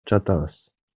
жатабыз